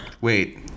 Wait